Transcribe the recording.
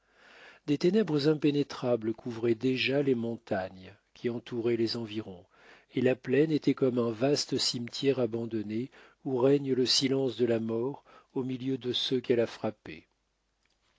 des ténèbres impénétrables couvraient déjà les montagnes qui entouraient les environs et la plaine était comme un vaste cimetière abandonné où règne le silence de la mort au milieu de ceux qu'elle a frappés